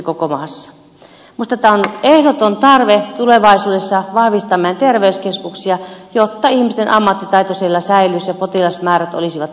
minusta tämä on ehdoton tarve tulevaisuudessa vahvistaa meidän terveyskeskuksiamme jotta ihmisten ammattitaito siellä säilyisi ja potilasmäärät olisivat riittävät